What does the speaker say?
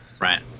right